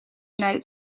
united